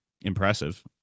impressive